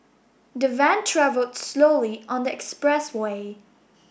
the van travelled slowly on the expressway